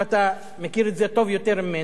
אתה מכיר את זה טוב יותר ממני,